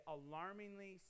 alarmingly